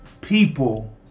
people